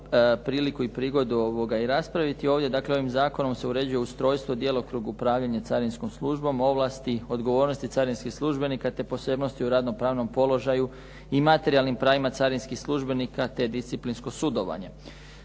priliku i prigodu i raspraviti ovdje. Dakle, ovim zakonom se uređuje ustrojstvo i djelokrug upravljanja carinskom službom, ovlasti, odgovornosti carinskih službenika te posebnosti u radno-pravnom položaju i materijalnim pravima carinskih službenika te disciplinsko sudovanje.